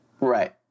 Right